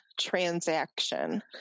transaction